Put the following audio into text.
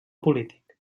polític